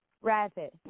Rapid